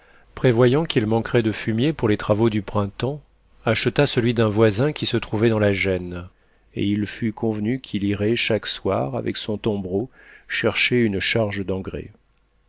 prévoyant qu'il manquerait de fumier pour les travaux du printemps acheta celui d'un voisin qui se trouvait dans la gêne et il fut convenu qu'il irait chaque soir avec son tombereau chercher une charge d'engrais